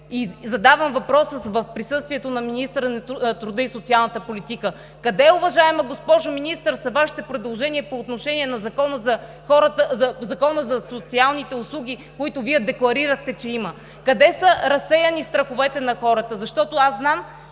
Задавам въпроса в присъствието на министъра на труда и социалната политика: къде, уважаема госпожо Министър, са Вашите предложения по отношение на Закона за социалните услуги, които Вие декларирахте, че има? Къде са разсеяни страховете на хората? (Председателят